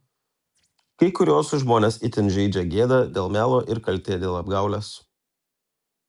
kai kuriuos žmones itin žeidžia gėda dėl melo ir kaltė dėl apgaulės